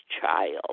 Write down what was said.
child